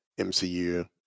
MCU